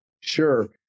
Sure